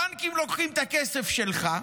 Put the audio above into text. הבנקים לוקחים את הכסף שלך,